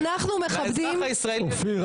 לאזרח הישראלי -- אופיר,